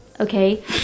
Okay